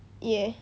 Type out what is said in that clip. ya